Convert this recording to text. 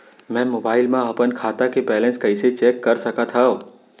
मैं मोबाइल मा अपन खाता के बैलेन्स कइसे चेक कर सकत हव?